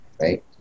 right